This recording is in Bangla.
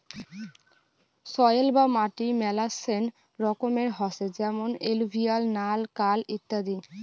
সয়েল বা মাটি মেলাচ্ছেন রকমের হসে যেমন এলুভিয়াল, নাল, কাল ইত্যাদি